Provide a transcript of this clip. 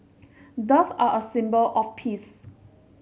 doves are a symbol of peace